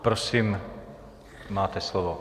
Prosím, máte slovo.